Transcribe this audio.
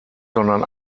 sondern